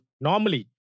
normally